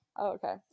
okay